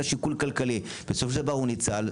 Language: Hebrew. שיקול כלכלי ובסופו של דבר הוא ניצל,